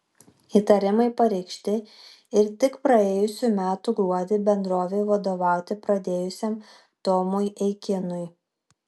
įtarimai pareikšti ir tik praėjusių metų gruodį bendrovei vadovauti pradėjusiam tomui eikinui